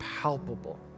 palpable